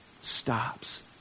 stops